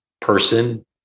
person